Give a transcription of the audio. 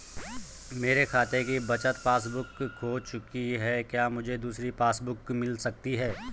मेरे खाते की बचत पासबुक बुक खो चुकी है क्या मुझे दूसरी पासबुक बुक मिल सकती है?